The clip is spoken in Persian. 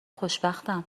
خوشبختم